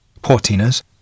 Portinas